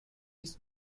his